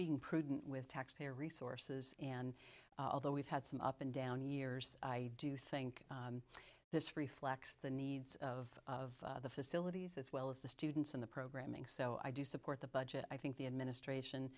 being prudent with taxpayer resources and although we've had some up and down years i do think this reflects the needs of of the facilities as well as the students in the programming so i do support the budget i think the administration